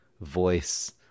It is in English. voice